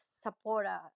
supporter